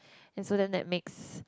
and so then that makes